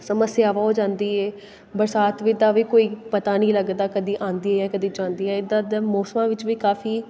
ਸਮੱਸਿਆਵਾਂ ਹੋ ਜਾਂਦੀ ਹੈ ਬਰਸਾਤ ਵੀ ਦਾ ਵੀ ਕੋਈ ਪਤਾ ਨਹੀਂ ਲੱਗਦਾ ਕਦੇ ਆਉਂਦੀ ਹੈ ਕਦੇ ਜਾਂਦੀ ਹੈ ਇੱਦਾਂ ਦਾ ਮੌਸਮਾਂ ਵਿੱਚ ਵੀ ਕਾਫ਼ੀ